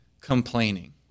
complaining